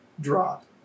drop